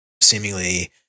seemingly